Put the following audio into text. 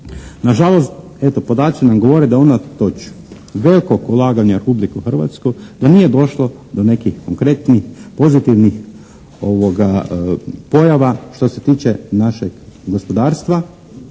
Na žalost, eto podaci nam govore da unatoč velikog ulaganja u Republiku Hrvatsku da nije došlo do nekih konkretnih, pozitivnih pojava što se tiče našeg gospodarstva.